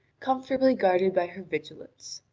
comfortably guarded by her vigilance.